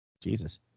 jesus